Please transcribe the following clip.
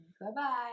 Bye-bye